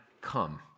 come